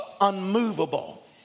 unmovable